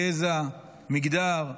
גזע, מגדר,